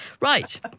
Right